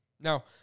Now